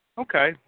okay